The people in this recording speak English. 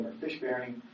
fish-bearing